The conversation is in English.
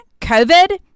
COVID